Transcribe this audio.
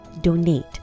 donate